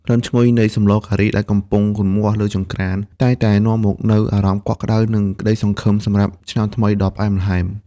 ក្លិនឈ្ងុយនៃ "សម្លការី" ដែលកំពុងរម្ងាស់លើចង្ក្រាន តែងតែនាំមកនូវអារម្មណ៍កក់ក្ដៅ និងក្ដីសង្ឃឹមសម្រាប់ឆ្នាំថ្មីដ៏ផ្អែមល្ហែម។